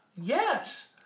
Yes